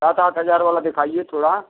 सात आठ हजार वाला दिखाइए थोड़ा